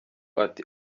ati